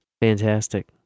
Fantastic